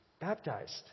baptized